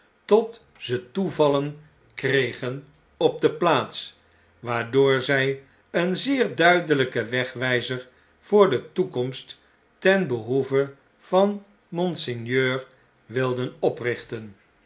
tot ze toevallen kregen op de plaats waardoor zg een zeer duidelgken wegwgzer voor de toekomst ten behoeve van monseigneur wilden oprichten